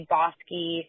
Bosky